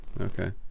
Okay